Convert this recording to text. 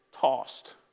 tossed